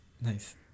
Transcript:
Nice